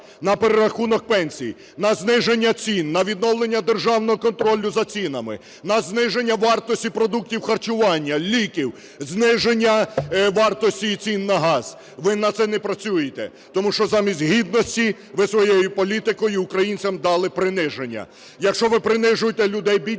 на перерахунок пенсій, на зниження цін, на відновлення державного контролю за цінами, на зниження вартості продуктів харчування, ліків, зниження вартості і цін на газ? Ви на це не працюєте, тому що замість гідності ви своєю політикою українцям дали приниження. Якщо ви принижуєте людей бідністю,